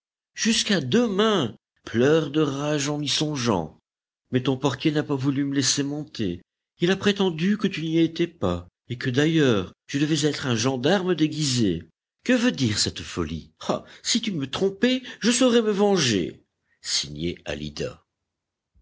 jusqu'à demain pleure de rage en y songeant mais ton portier n'a pas voulu me laisser monter il a prétendu que tu n'y étais pas et que d'ailleurs je devais être un gendarme déguisé que veut dire cette folie ah si tu me trompais je saurais me venger alida